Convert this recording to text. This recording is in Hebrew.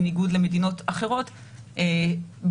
בניגוד למדינות אחרות בעולם,